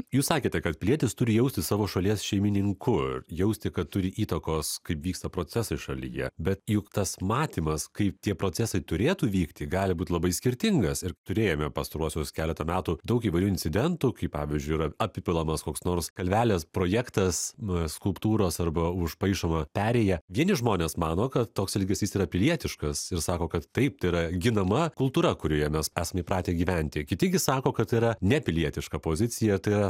jūs sakėte kad pilietis turi jaustis savo šalies šeimininku jausti kad turi įtakos kaip vyksta procesai šalyje bet juk tas matymas kaip tie procesai turėtų vykti gali būti labai skirtingas ir turėjome pastaruosius keletą metų daug įvairių incidentų kai pavyzdžiui yra apipilamas koks nors kalvelės projektas na skulptūros arba užpaišoma perėja vieni žmonės mano kad toks elgesys yra pilietiškas ir sako kad taip tai yra ginama kultūra kurioje mes esam įpratę gyventi kiti gi sako kad tai yra nepilietiška pozicija tai yra